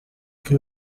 que